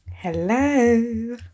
Hello